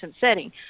setting